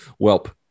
Welp